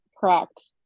Correct